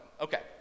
Okay